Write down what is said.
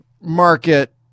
market